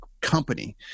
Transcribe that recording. company